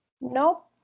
Nope